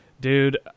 Dude